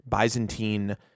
Byzantine